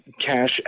cash